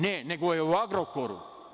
Ne, nego je u „Agrokoru“